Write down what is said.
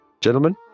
Gentlemen